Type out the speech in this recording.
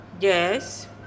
Yes